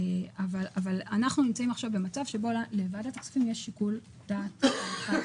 אבל אנחנו נמצאים עכשיו במצב שבו לוועדת הכספים יש שיקול דעת חלש.